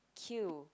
queue